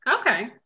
Okay